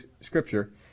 Scripture